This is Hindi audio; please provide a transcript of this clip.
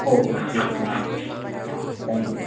ओके मैम ठीक है मैं आता हूँ थैंक यू